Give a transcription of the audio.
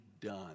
done